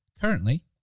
Currently